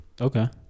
Okay